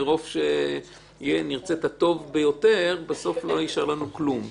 מרוב שנרצה את הטוב ביותר לא יישאר לנו כלום.